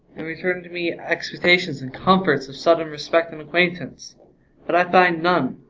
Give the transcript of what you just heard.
and returned me expectations and comforts of sudden respect and acquaintance but i find none.